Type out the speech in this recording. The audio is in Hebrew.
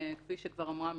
כפי שכבר אמרה המשטרה,